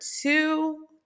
two